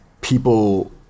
people